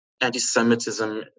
anti-Semitism